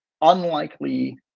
unlikely